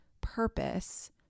purpose